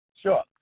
Sure